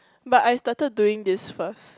but I started doing this first